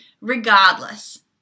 regardless